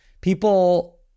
people